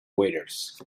waters